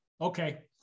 Okay